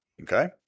Okay